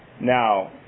Now